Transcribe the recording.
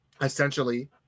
essentially